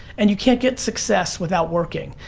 and you can't get success without working.